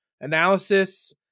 analysis